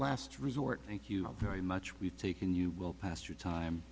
last resort thank you very much we've taken you will pass your time